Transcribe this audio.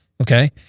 Okay